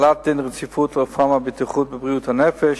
החלת דין רציפות על הרפורמה הביטוחית בבריאות הנפש,